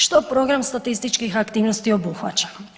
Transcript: Što program statističkih aktivnosti obuhvaća?